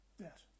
yes